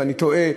ואני תוהה,